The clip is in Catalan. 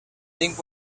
tinc